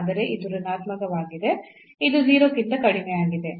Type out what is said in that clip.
ಆದರೆ ಇದು ಋಣಾತ್ಮಕವಾಗಿದೆ ಇದು 0 ಕ್ಕಿಂತ ಕಡಿಮೆಯಾಗಿದೆ